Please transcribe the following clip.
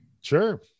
Sure